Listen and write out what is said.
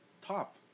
top